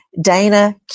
Dana